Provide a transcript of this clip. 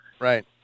Right